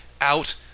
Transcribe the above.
out